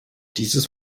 dieses